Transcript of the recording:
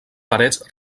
parets